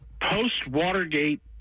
post-Watergate